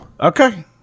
okay